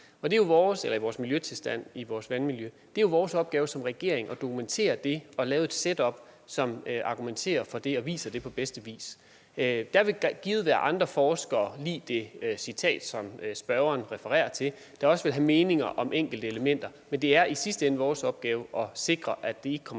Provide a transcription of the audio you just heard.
Det er vores opgave som regering at dokumentere det og lave et setup, som argumenterer for det og viser det på bedste vis. Der vil givet være andre forskere, jævnfør det citat, som spørgeren referer til, der også vil have meninger om enkelte elementer. Men det er i sidste ende vores opgave at sikre, at det ikke kommer